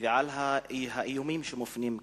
ועל האיומים שמופנים כלפיהם.